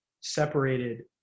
separated